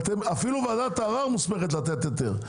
אפילו ועדת ערר מוסמכת לתת היתר.